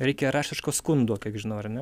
reikia raštiško skundo kaip žinau ar ne